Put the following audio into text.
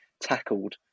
tackled